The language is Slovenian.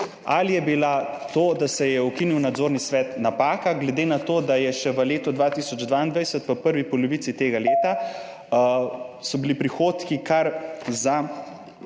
ali je bila to, da se je ukinil Nadzorni svet, napaka, glede na to, da so bili še v letu 2022, v prvi polovici tega leta, prihodki kar za